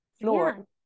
floor